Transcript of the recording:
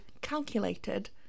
calculated